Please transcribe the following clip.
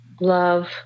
love